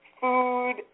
food